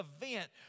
event